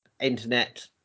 Internet